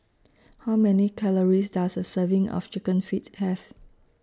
How Many Calories Does A Serving of Chicken Feet Have